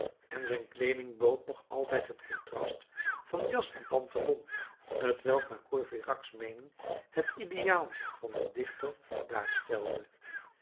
en zijn kleeding bood nog altijd het contrast aan van jas en pantalon t welk naar courfeyrac's meening het ideaal van den dichter